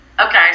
Okay